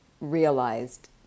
realized